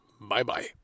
Bye-bye